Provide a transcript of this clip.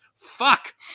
fuck